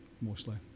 mostly